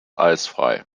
eisfrei